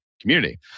community